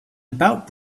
about